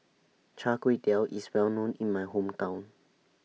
Char Kway Teow IS Well known in My Hometown